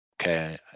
Okay